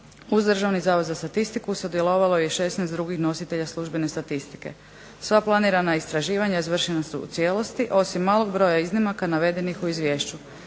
uz Državni zavod za statistiku sudjelovalo je 16 drugih nositelja službene statistike. Sva planirana istraživanja izvršena su u cijelosti osim malog broja iznimaka navedenih u izvješću.